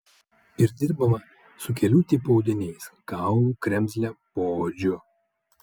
ir dirbama su kelių tipų audiniais kaulu kremzle poodžiu